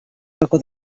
racó